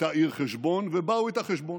הייתה העיר חשבון, ובאו איתה חשבון,